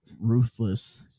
ruthless